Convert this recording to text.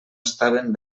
estaven